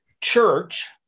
Church